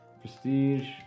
prestige